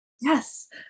yes